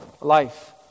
life